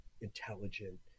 intelligent